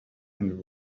and